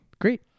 Great